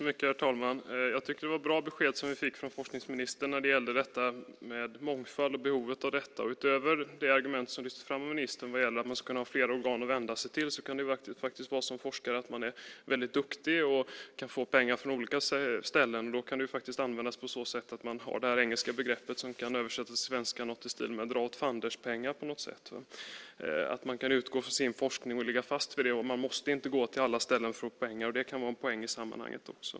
Herr talman! Jag tycker att det var bra besked vi fick från forskningsministern när det gäller behovet av mångfald. Utöver det argument som lyftes fram av ministern att man skulle kunna ha flera organ att vända sig till kan man som forskare vara väldigt duktig och få pengar från olika seriösa ställen. Det kan användas på så sätt att man har det engelska begreppet som på svenska kan översättas som dra-åt-fanders-pengar. Det handlar om att man kan utgå från sin forskning och ligga fast vid det och inte måste gå till alla ställen för att få pengar. Det kan vara en poäng i det sammanhanget.